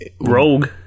Rogue